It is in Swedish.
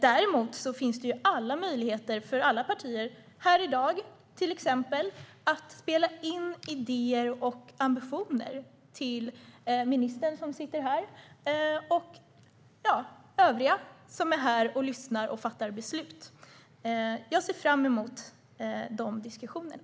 Däremot finns det alla möjligheter för alla partier att till exempel här i dag spela in idéer och ambitioner till ministern som sitter i kammaren och till övriga som lyssnar och fattar beslut. Jag ser fram emot de diskussionerna.